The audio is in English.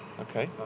okay